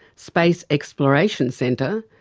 space exploration centre,